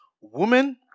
Woman